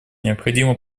необходимо